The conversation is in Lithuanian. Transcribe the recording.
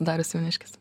darius jauniškis